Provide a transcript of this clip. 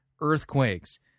earthquakes